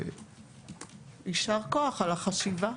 יישר כוח על החשיבה.